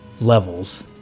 levels